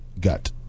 gut